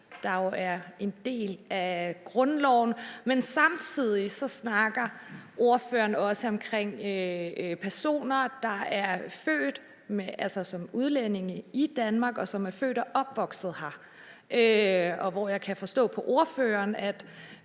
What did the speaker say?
der jo er en del af grundloven. Men samtidig så snakker ordføreren også om personer, der er født som udlændinge, her i Danmark, og som altså er født og opvokset her. Der kan jeg forstå på ordføreren, at